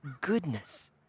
goodness